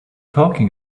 talking